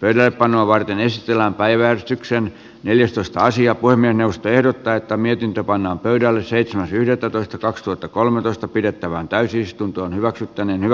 pöytään panoa varten jos tila päiväystyksen neljästoista sija voi mennä ehdottaa että mietintö pannaan pöydälle seitsemäs yhdettätoista kaksituhattakolmetoista pidettävään täysistuntoon hyväksytty niinkö